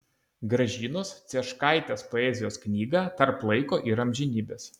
gražinos cieškaitės poezijos knygą tarp laiko ir amžinybės